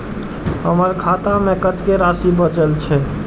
हमर खाता में कतेक राशि बचल छे?